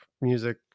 music